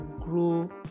grow